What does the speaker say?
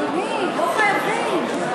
אדוני, לא חייבים.